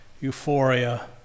euphoria